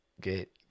get